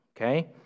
Okay